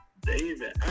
David